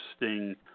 interesting